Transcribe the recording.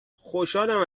خوشحالم